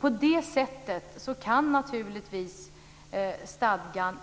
På det sättet kan naturligtvis stadgan